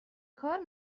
کار